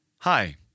Hi